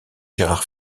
gérard